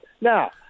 Now